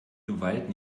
gewalt